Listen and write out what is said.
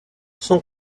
son